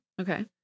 Okay